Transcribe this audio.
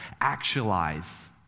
actualize